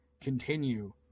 continue